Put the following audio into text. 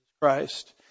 Christ